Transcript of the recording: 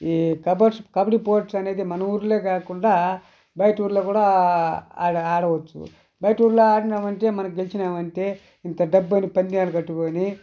ఈ కబడి కబడి స్పోర్ట్స్ అనేది మన ఊరిలో కాకుండా బయట ఊర్లో కూడా ఆడ ఆడవచ్చు బయట ఊర్లో ఆడినామంటే మనం గెలిచినామంటే ఇంత డబ్బని పందాన్ని కట్టుకొని